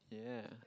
yeah